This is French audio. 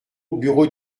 bureau